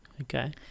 Okay